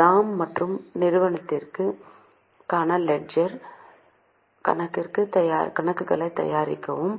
ராம் மற்றும் நிறுவனத்திற்கான லெட்ஜர் கணக்குகளைத் தயாரிக்கவும்